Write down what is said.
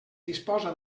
disposa